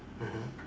mmhmm